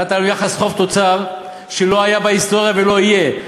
נתת לנו יחס חוב תוצר שלא היה בהיסטוריה ולא יהיה.